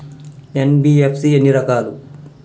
NBFC ఎన్ని రకాలు?